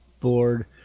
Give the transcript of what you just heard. board